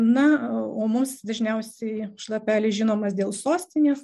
na o mums dažniausiai šlapelis žinomas dėl sostinės